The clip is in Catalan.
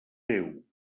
teu